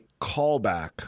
callback